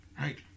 Right